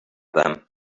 them